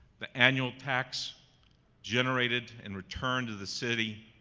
the annual tax generated and returned to the city,